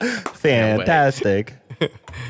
Fantastic